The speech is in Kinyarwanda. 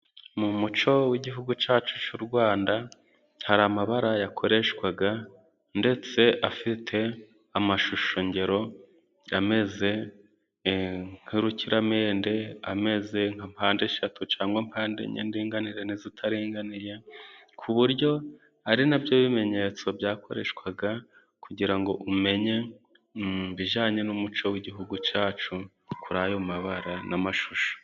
Mu muco w'igihugu cyacu cy'u Rwanda hari amabara yakoreshwaga ndetse afite amashusho ngero ameze nk'urukiramende, ameze nka mpande eshatu, cyangwa mpande enye ndinganire n'izitaringaniye, ku buryo ari na byo bimenyetso byakoreshwaga kugira ngo umenye ku bijyanye n'umuco w'igihugu cyacu kuri ayo mabara n'amashusho,